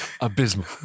abysmal